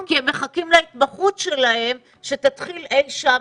כי הם מחכים להתמחות שלהם שתתחיל אי שם.